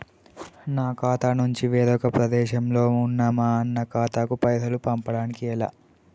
నా ఖాతా నుంచి వేరొక ప్రదేశంలో ఉన్న మా అన్న ఖాతాకు పైసలు పంపడానికి ఎలా?